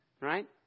right